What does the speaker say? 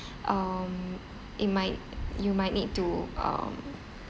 um it might you might need to um